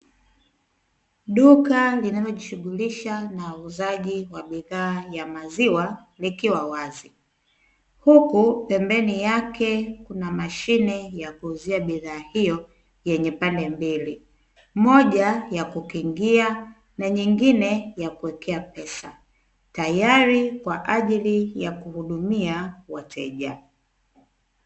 Duka linalo jishughulisha na uuzaji wa bidhaa ya maziwa, likiwa wazi huku pembeni yake kuna mashine ya kuuzia bidhaa hiyo yenye pande mbili moja ya kukingia na nyingine yakuwekea pesa tayari kwa ajili ya kuhudumia wateja.